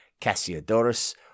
Cassiodorus